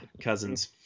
Cousins